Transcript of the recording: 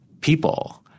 people